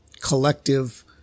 collective